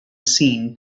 scene